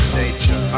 nature